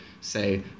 say